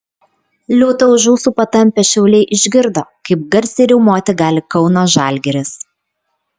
liūtą už ūsų patampę šiauliai išgirdo kaip garsiai riaumoti gali kauno žalgiris